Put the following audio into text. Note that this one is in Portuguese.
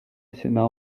assinar